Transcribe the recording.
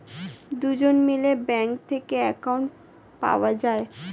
দুজন মিলে ব্যাঙ্ক থেকে অ্যাকাউন্ট পাওয়া যায়